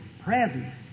presence